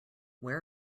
where